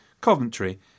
Coventry